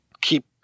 keep